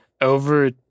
over